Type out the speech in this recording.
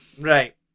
Right